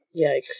Yikes